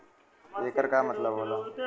येकर का मतलब होला?